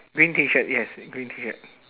green T-shirt yes green T-shirt